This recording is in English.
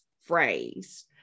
phrase